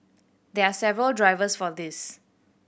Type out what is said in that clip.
there are several drivers for this